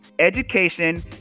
education